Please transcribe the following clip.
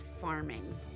farming